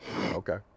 Okay